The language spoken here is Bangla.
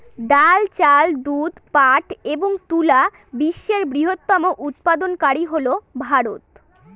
ডাল, চাল, দুধ, পাট এবং তুলা বিশ্বের বৃহত্তম উৎপাদনকারী হল ভারত